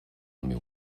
meu